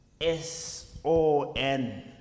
S-O-N